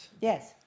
Yes